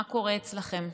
מה קורה אצלכם?